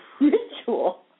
ritual